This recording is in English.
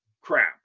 Crap